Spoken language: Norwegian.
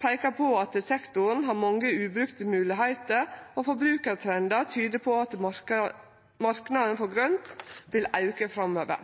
peikar på at sektoren har mange ubrukte moglegheiter, og forbrukartrendar tyder på at marknaden for grønt vil auke framover.